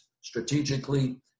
strategically